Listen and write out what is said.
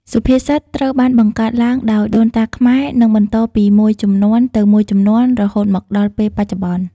សុភាសិតត្រូវបានបង្កើតឡើងដោយដូនតាខ្មែរ និងបន្តពីមួយជំនាន់ទៅមួយជំនាន់រហូតមកដល់ពេលបច្ចុប្បន្ន។